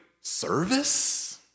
service